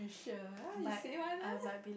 sure you say one ah